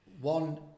one